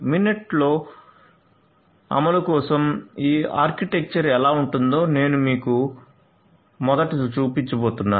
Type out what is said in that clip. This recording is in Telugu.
మినెట్లో అమలు కోసం ఈ ఆర్కిటెక్చర్ ఎలా ఉంటుందో నేను మొదట మీకు చూపించబోతున్నాను